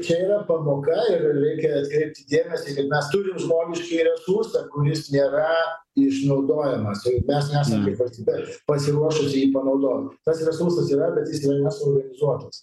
čia yra pamoka ir reikia atkreipti dėmesį kad mes turim žmogiškąjį resursą kuris nėra išnaudojamas ir mes nesam kaip valstybė pasiruošusi jį panaudot tas resursas yra bet jis yra nesuorganizuotas